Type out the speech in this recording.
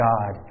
God